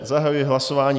Zahajuji hlasování.